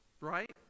right